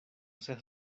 seas